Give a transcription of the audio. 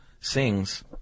sings